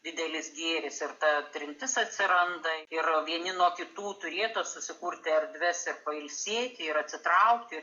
didelis gėris ir ta trintis atsiranda ir vieni nuo kitų turėtų susikurti erdves ir pailsėti ir atsitraukti